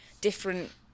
different